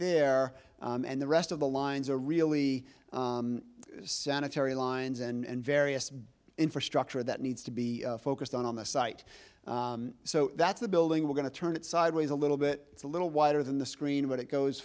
there and the rest of the lines are really sanitary lines and various big infrastructure that needs to be focused on on the site so that's the building we're going to turn it sideways a little bit it's a little wider than the screen but it goes